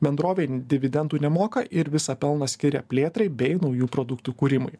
bendrovė dividendų nemoka ir visą pelną skiria plėtrai bei naujų produktų kūrimui